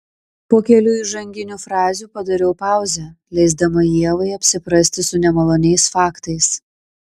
po kelių įžanginių frazių padariau pauzę leisdama ievai apsiprasti su nemaloniais faktais